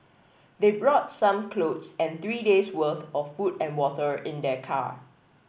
they brought some clothes and three days' worth of food and water in their car